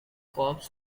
corps